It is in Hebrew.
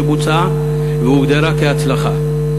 שבוצעה והוגדרה כהצלחה.